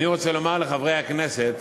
אני רוצה לומר לחברי הכנסת